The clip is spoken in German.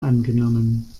angenommen